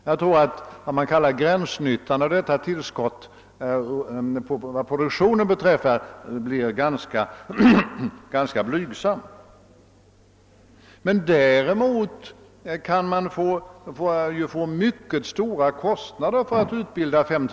Jag tror att vad man kallar gränsnyttan av detta tillskott vad produktionen beträffar blir ganska blygsam. Däremot kan kostnaderna för att utbilda ytterligare 5 000 personer bli mycket stora.